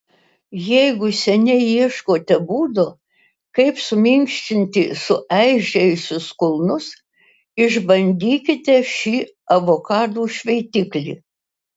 jeigu seniai ieškote būdo kaip suminkštinti sueižėjusius kulnus išbandykite šį avokadų šveitiklį